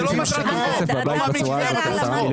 זה מחריג אותם.